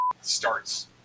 starts